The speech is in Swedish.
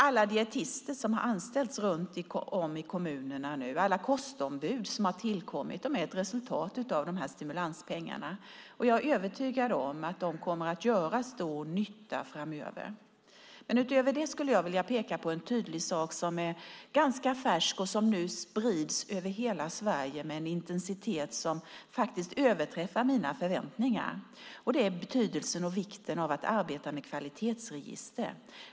Alla dietister som har anställts runt om i kommunerna och alla kostombud som har tillkommit är ett resultat av de här stimulanspengarna. Jag är övertygad om att de kommer att göra stor nytta framöver. Utöver det skulle jag vilja peka på en tydlig sak som är ganska färsk och som nu sprids över hela Sverige med en intensitet som överträffar mina förväntningar. Det är betydelsen och vikten av att arbeta med kvalitetsregister.